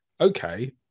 okay